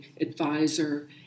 advisor